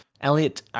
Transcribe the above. Elliot